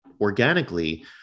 organically